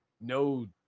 no